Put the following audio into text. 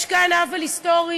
יש כאן עוול היסטורי,